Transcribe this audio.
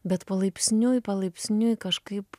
bet palaipsniui palaipsniui kažkaip